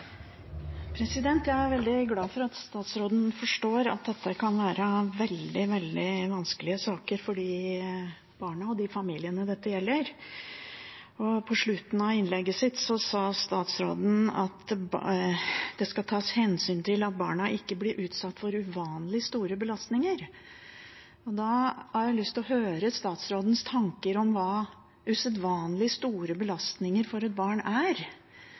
at statsråden forstår at dette kan være veldig, veldig vanskelige saker for de barna og de familiene dette gjelder. På slutten av innlegget sitt sa statsråden at det skal tas hensyn til at barna ikke blir utsatt for «uvanlig store» belastninger. Da har jeg lyst til å høre statsrådens tanker om hva usedvanlig store belastninger for et barn er.